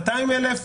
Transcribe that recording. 200,000?